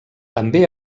també